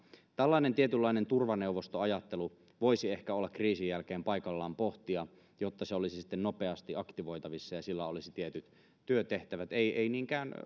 tällainen tietynlainen turvaneuvostoajattelu voisi olla kriisin jälkeen ehkä paikallaan pohtia jotta se olisi sitten nopeasti aktivoitavissa ja sillä olisi tietyt työtehtävät ei ei niinkään